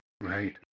Right